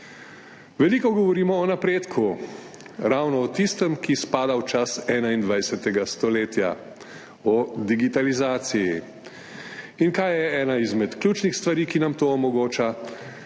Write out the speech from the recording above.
Veliko govorimo o napredku, ravno o tistem, ki spada v čas 21. stoletja, o digitalizaciji. In kaj je ena izmed ključnih stvari, ki nam to omogočajo?